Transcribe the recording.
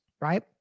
right